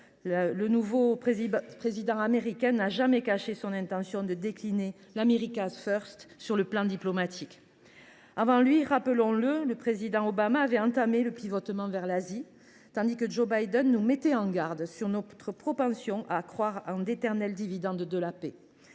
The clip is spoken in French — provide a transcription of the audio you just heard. le nouveau président américain n’a jamais caché son intention d’étendre son sur le plan diplomatique. Avant lui, rappelons le, le président Obama avait engagé un « pivotement » vers l’Asie, tandis que Joe Biden nous mettait en garde contre notre propension à croire dans les éternels dividendes de la paix.